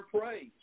praise